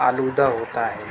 آلودہ ہوتا ہے